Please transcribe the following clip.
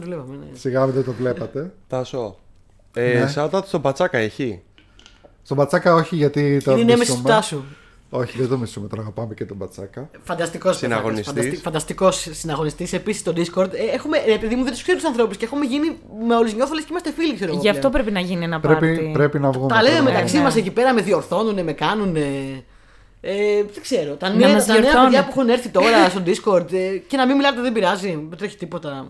βλέπαμε, ναι. Σιγά μη δεν το βλέπατε. Τάσο, ε, Ναι. shout-out στον Πατσάκα, έχει? Στον Πατσάκα όχι, γιατί τον Είναι μισούμε. νέμεση του Τάσου. Όχι, δεν τον μισούμε, τον αγαπάμε και τον Πατσάκα. Φανταστικός Συναγωνιστής. φανταστι- φανταστικός συναγωνιστής. Επίσης, στο Discord, ε, έχουμε, ε, επειδή μου δεν τους ξέρω τους ανθρώπους, και έχουμε γίνει, με όλους νιώθω λες και είμαστε φίλοι, ξέρω εγώ Γι' αυτό πλέον. πρέπει να γίνει ένα Πρέπει- πάρτι. πρέπει να βγούμε, Τα λέμε πρέπει να μεταξύ βγούμε. μας εκεί πέρα, με διορθώνουνε, με κάνουνε. Ε, δεν ξέρω, τα Να νέα- μας τα νέα παιδιά διορθώνουν. που έχουν έρθει τώρα στο Discord, ε, και να μην μιλάτε, δεν πειράζει, δεν τρέχει τίποτα.